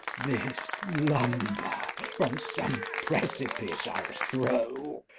this lumber from some precipice i'll throw.